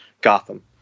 Gotham